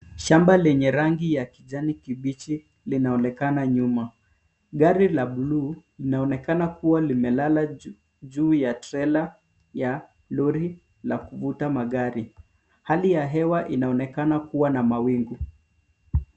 Shamba lenye rangi ya kijani kibichi linaonekana nyuma. Gari la bluu inaonekana kuwa limelala juu ya trela ya lori la kuvuta magari. Hali ya hewa inaonekana kuwa na mawingu.